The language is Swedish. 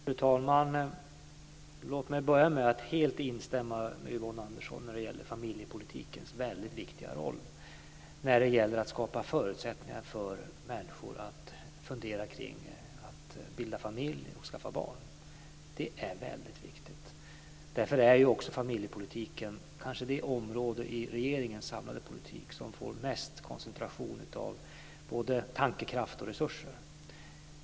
Fru talman! Låt mig börja med att instämma helt med Yvonne Andersson när det gäller familjepolitikens väldigt viktiga roll att skapa förutsättningar för människor att fundera kring att bilda familj och skaffa barn. Det är väldigt viktigt. Därför är också familjepolitiken kanske det område i regeringens samlade politik som får mest koncentration av både tankekraft och resurser.